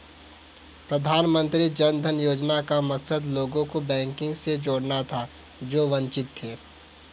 प्रधानमंत्री जन धन योजना का मकसद लोगों को बैंकिंग से जोड़ना था जो वंचित थे